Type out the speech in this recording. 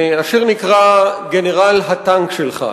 השיר נקרא "גנרל, הטנק שלך",